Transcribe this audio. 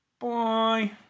Bye